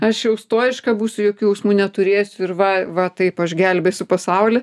aš jau stojiška būsiu jokių jausmų neturėsiu ir va va taip aš gelbėsiu pasaulį